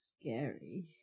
scary